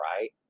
right